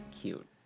Cute